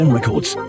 Records